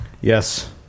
Yes